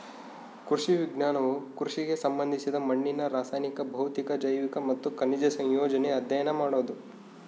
ಕೃಷಿ ವಿಜ್ಞಾನವು ಕೃಷಿಗೆ ಸಂಬಂಧಿಸಿದ ಮಣ್ಣಿನ ರಾಸಾಯನಿಕ ಭೌತಿಕ ಜೈವಿಕ ಮತ್ತು ಖನಿಜ ಸಂಯೋಜನೆ ಅಧ್ಯಯನ ಮಾಡೋದು